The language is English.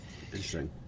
Interesting